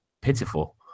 pitiful